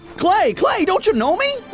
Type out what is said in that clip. clay! clay, don't you know me?